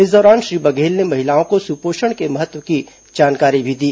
इस दौरान श्री बघेल ने महिलाओं को सुपोषण के महत्व की जानकारी भी दी